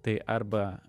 tai arba